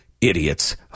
Idiots